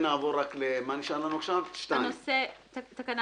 תקנה